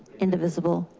indivisible,